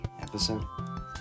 episode